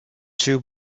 two